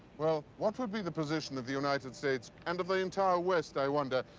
well, what would be the position of the united states and of the entire west, i wonder,